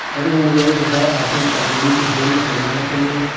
everyone rose above, i think, that unique agenda, for my opinion,